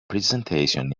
presentation